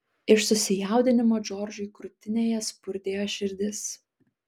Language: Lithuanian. iš susijaudinimo džordžui krūtinėje spurdėjo širdis